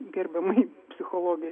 gerbiamai psichologei